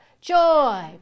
joy